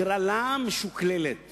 הגרלה משוקללת